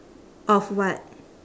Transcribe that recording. of what